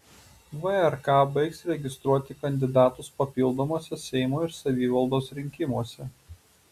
vrk baigs registruoti kandidatus papildomuose seimo ir savivaldos rinkimuose